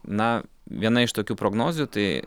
na viena iš tokių prognozių tai